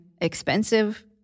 expensive